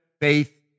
faith